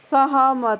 सहमत